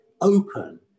open